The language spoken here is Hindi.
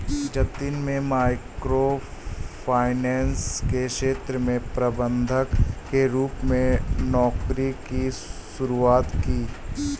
जतिन में माइक्रो फाइनेंस के क्षेत्र में प्रबंधक के रूप में नौकरी की शुरुआत की